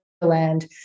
land